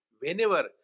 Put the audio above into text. Whenever